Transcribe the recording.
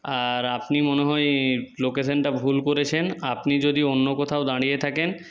আর আপনি মনে হয় লোকেশানটা ভুল করেছেন আপনি যদি অন্য কোথাও দাঁড়িয়ে থাকেন